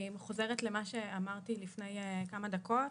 אני חוזרת למה שאמרתי לפני כמה דקות,